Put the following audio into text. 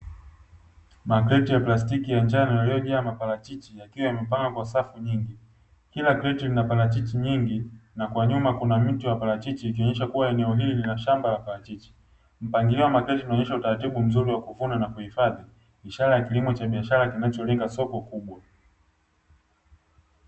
Mkreti ya plastiki ya njano yaliyojaa maparachichi na pia imepangwa kwa safu nyingi kila kreti lina parachichi nyingi na kwa nyuma kuna mti wa parachichi ikionyesha kuwa eneo hili lina shamba lenye mpangilio wa nyonyeshwa utaratibu mzuri wa kuvuna na kuifanya ishara ya kilimo cha biashara kinacholenga soko kubwa.